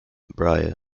brier